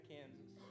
Kansas